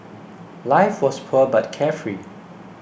life was poor but carefree